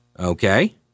Okay